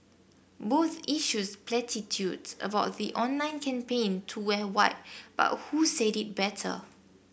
both issued platitudes about the online campaign to wear white but who said it better